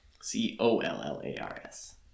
C-O-L-L-A-R-S